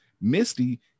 Misty